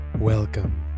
Welcome